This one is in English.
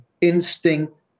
instinct